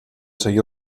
seguir